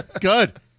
Good